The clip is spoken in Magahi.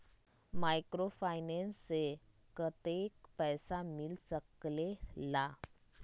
माइक्रोफाइनेंस से कतेक पैसा मिल सकले ला?